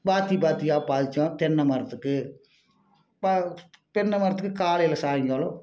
பாத்தி பாத்தியாக பாய்ச்சோம் தென்னை மரத்துக்கு தென்னை மரத்துக்கு காலையில் சாயங்காலம்